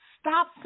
stop